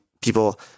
people